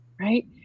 right